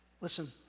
Listen